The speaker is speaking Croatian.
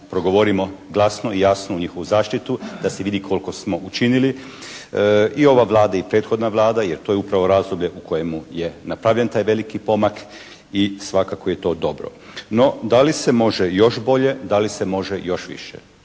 progovorimo glasno i jasno u njihovu zaštitu da se vidi koliko smo učinili i ova Vlada i prethodna Vlada jer to je upravo razdoblje u kojemu je napravljen taj veliki pomak i svakako je to dobro. No, da li se može još bolje, da li se može još više?